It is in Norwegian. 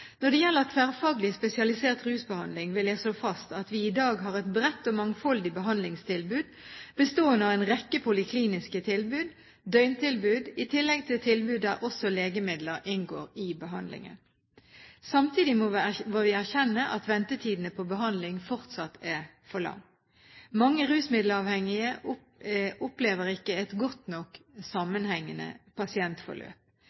Når det gjelder tverrfaglig spesialisert rusbehandling, vil jeg slå fast at vi i dag har et bredt og mangfoldig behandlingstilbud bestående av en rekke polikliniske tilbud, døgntilbud i tillegg til tilbud der også legemidler inngår i behandlingen. Samtidig må vi erkjenne at ventetiden på behandling fortsatt er for lang. Mange rusmiddelavhengige opplever ikke et godt nok